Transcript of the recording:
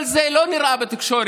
כל זה לא נראה בתקשורת.